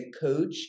coach